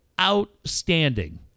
Outstanding